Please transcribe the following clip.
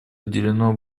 уделено